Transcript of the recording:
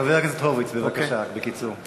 חבר הכנסת הורוביץ, בבקשה, בקיצור.